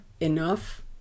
enough